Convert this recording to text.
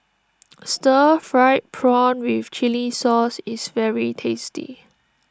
Stir Fried Prawn with Chili Sauce is very tasty